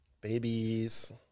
Babies